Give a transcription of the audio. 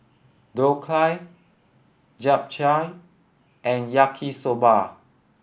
Dhokla Japchae and Yaki Soba